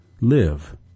live